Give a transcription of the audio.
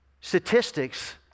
statistics